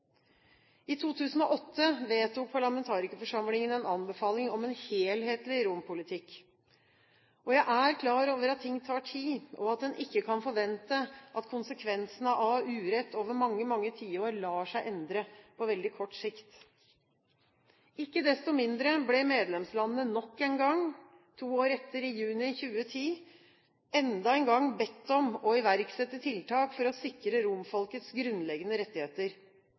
I 2008 vedtok parlamentarikerforsamlingen en anbefaling om en helhetlig rompolitikk. Jeg er klar over at ting tar tid, og at en ikke kan forvente at konsekvensene av urett over mange, mange tiår lar seg endre på veldig kort sikt. Ikke desto mindre ble medlemslandene nok en gang, to år etter – i juni 2010 – bedt om å iverksette tiltak for å sikre romfolkets grunnleggende rettigheter.